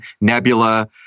nebula